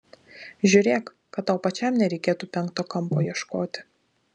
žiūrėk kad tau pačiam nereikėtų penkto kampo ieškoti